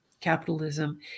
capitalism